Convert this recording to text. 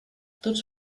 tots